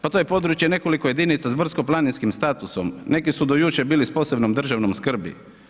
Pa to je područje nekoliko jedinica s brdsko-planinskim statusom, neki su do jučer bili s posebnom državnom skrbi.